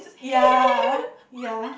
ya ya